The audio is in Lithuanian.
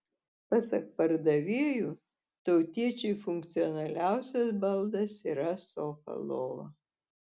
pasak pardavėjų tautiečiui funkcionaliausias baldas yra sofa lova